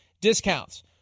discounts